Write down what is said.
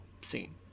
scene